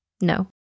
No